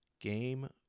Game